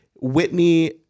Whitney